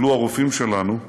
טיפלו הרופאים שלנו,